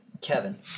Kevin